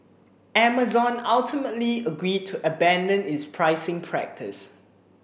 Amazon ultimately agreed to abandon its pricing practice